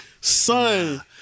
Son